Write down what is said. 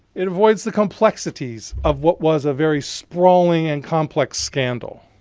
it avoids the complexities of what was a very sprawling and complex scandal.